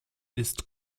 ist